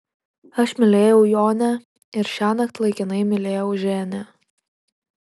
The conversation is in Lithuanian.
aš mylėjau jonę ir šiąnakt laikinai mylėjau ženią